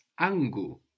Angu